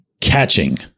catching